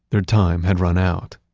their time had run out.